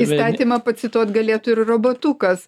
įstatymą pacituot galėtų ir robotukas